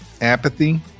apathy